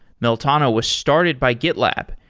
meltano was started by gitlab.